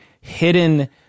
hidden